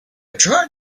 tried